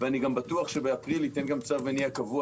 ואני בטוח שבאפריל ייתן צו מניעה קבוע,